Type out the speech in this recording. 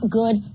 good